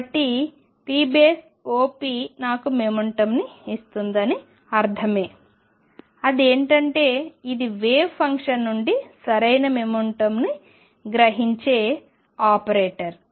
కాబట్టి pop నాకు మొమెంటంని ఇస్తుందని అర్ధమే అది ఏంటి అంటే ఇది వేవ్ ఫంక్షన్ నుండి సరైన మొమెంటంను సంగ్రహించే ఆపరేటర్